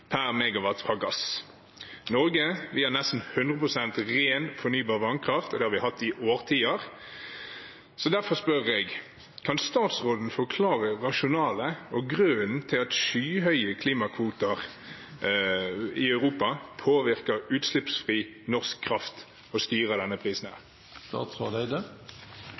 per megawatt fra gass. Norge har nesten 100 pst. ren, fornybar vannkraft, og det har vi hatt i årtier. Derfor spør jeg: Kan statsråden forklare rasjonalet for og grunnen til at skyhøye klimakvoter i Europa påvirker utslippsfri norsk kraft og styrer denne prisen?